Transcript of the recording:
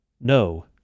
No